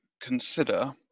consider